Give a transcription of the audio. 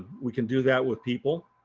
we can do that with people,